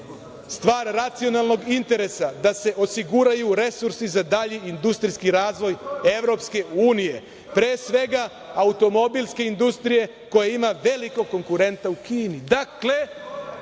stvar racionalnog interesa da se osigraju resursi za dalji industrijski razvoj EU, pre svega automobilske industrije, koja ima velikog konkurenta u